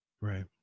Right